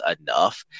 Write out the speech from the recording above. enough